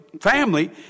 family